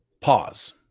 Pause